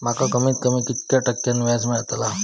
माका कमीत कमी कितक्या टक्क्यान व्याज मेलतला?